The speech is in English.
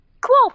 Cool